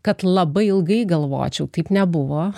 kad labai ilgai galvočiau taip nebuvo